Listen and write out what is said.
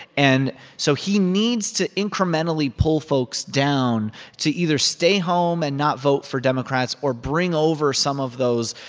and so he needs to incrementally pull folks down to either stay home and not vote for democrats or bring over some of those,